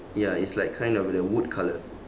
ya it's like kind of the wood colour